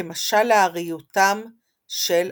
כמשל לארעיותם של החיים.